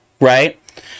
right